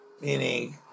meaning